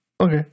okay